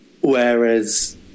Whereas